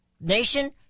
nation